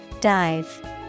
Dive